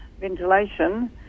ventilation